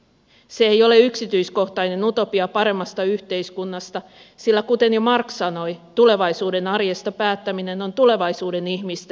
se ei ole yksityiskohtainen utopia paremmasta yhteiskunnasta sillä kuten jo marx sanoi tulevaisuuden arjesta päättäminen on tulevaisuuden ihmisten oikeus